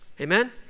Amen